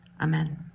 Amen